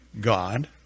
God